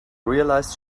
realized